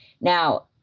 Now